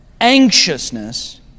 anxiousness